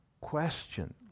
question